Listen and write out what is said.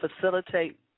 facilitate